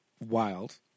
wild